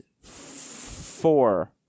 four